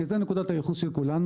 כי זאת נקודת הייחוס של כולנו,